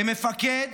כמפקד